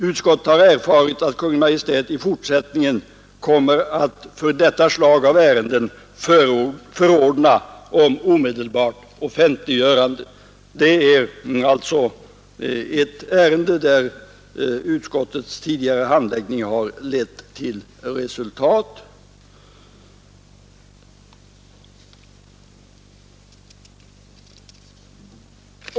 Utskottet har erfarit att Kungl. Maj:t i fortsättningen kommer att för detta slag av ärenden förordna om omedelbart offentliggörande. Det är alltså ett ärende där utskottets tidigare handläggning har lett till resultat.